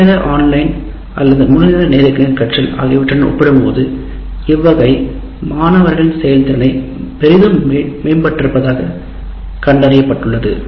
முழுநேர ஆன்லைனுடன் அல்லது முழுநேர நேருக்கு நேர் கற்றல் ஆகியவற்றுடன் ஒப்பிடும்போது இவ்வகைமாணவர்களின் செயல்திறன் பெரிதும் மேம்பட்டிருப்பதாக கண்டறியப்பட்டுள்ளது